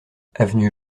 avenue